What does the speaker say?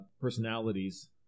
personalities